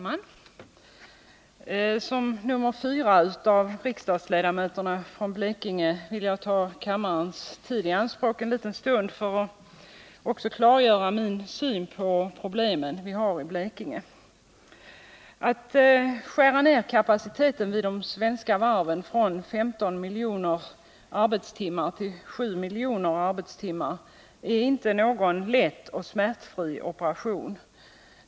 Herr talman! Som den fjärde riksdagsledamoten från Blekinge vill jag ta kammarens tid i anspråk en liten stund för att klargöra min syn på problemen i Blekinge. Att skära ned kapaciteten vid de svenska varven från 15 miljoner arbetstimmar till 7 miljoner arbetstimmar är inte någon lätt och smärtfri operation.